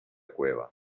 cueva